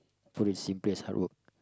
put it simply as hard work